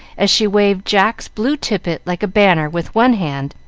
as she waved jack's blue tippet like a banner with one hand,